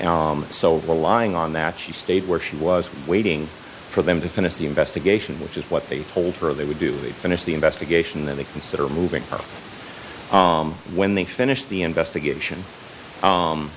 and so relying on that she stayed where she was waiting for them to finish the investigation which is what they told her they would do they finish the investigation then they consider moving from when they finish the investigation